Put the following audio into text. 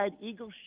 Eagle